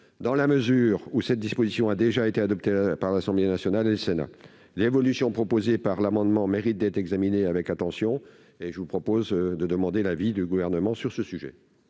dans la mesure où cette disposition a déjà été adoptée par l'Assemblée nationale et par le Sénat, l'évolution proposée par l'amendement mérite d'être examinée avec attention. Je sollicite donc l'avis du Gouvernement. Quel est